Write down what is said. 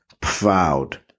Proud